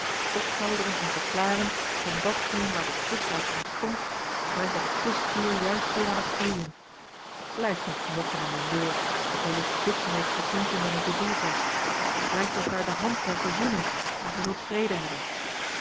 ophelderen en verklaren van datgeen waar de twist uit ontstond brengt het twistvuur juist weer aan het gloeien blijft niet mokken a l g bosboom-toussaint langs een omweg om een woord dat wellicht bitser heeft geklonken dan het bedoeld was reikt elkaar de hand ter verzoening en gij zult vrede hebben